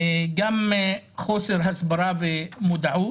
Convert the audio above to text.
גם חוסר הסברה ומודעות.